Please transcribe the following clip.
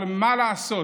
אבל מה לעשות,